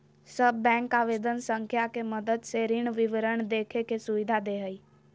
सब बैंक आवेदन संख्या के मदद से ऋण विवरण देखे के सुविधा दे हइ